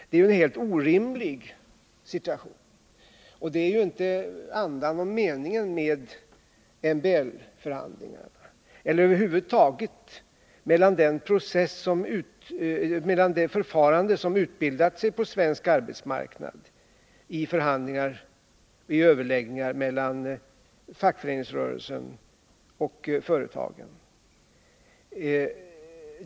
Det är en helt orimlig ståndpunkt, och den stämmer inte med andan och meningen med MBL-förhandlingarna eller över huvud taget med det förfarande som utbildats på svensk arbetsmarknad i förhandlingar och överläggningar mellan fackföreningsrörelsen och företagen.